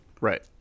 Right